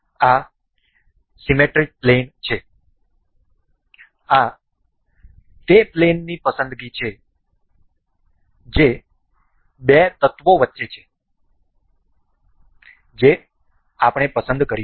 આ symmetric plane છે આ તે પ્લેનની પસંદગી છે તે બે તત્વો વચ્ચે છે જે આપણે પસંદ કરીશું